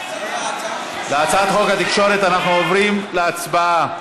הצעת חוק התקשורת, אנחנו עוברים להצבעה.